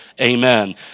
amen